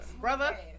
Brother